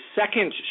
second